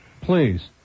Please